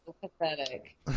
pathetic